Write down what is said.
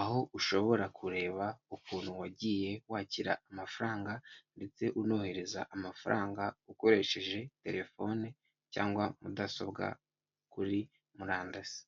aho ushobora kureba ukuntu wagiye wakira amafaranga ndetse unohereza amafaranga ukoresheje telefone cyangwa mudasobwa kuri murandasi.